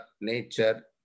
nature